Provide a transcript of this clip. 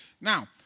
Now